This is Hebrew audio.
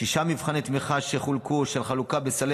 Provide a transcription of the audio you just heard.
שישה מבחני תמיכה לחלוקה של סלים